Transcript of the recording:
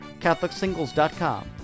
catholicsingles.com